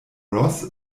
ross